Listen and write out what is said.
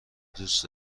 دوست